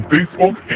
Facebook